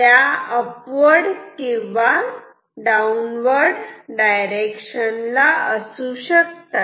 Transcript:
त्या अपवर्ड किंवा डाऊनवर्ड असू शकतात